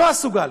לא סוג א',